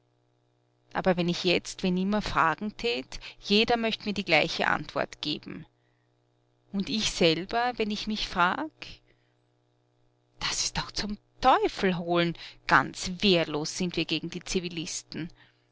aber wenn ich jetzt wen immer fragen tät jeder möcht mir die gleiche antwort geben und ich selber wenn ich mich frag das ist doch zum teufelholen ganz wehrlos sind wir gegen die zivilisten